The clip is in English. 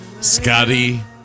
Scotty